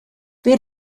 wer